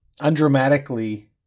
undramatically